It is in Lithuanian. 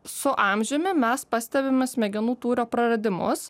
su amžiumi mes pastebime smegenų tūrio praradimus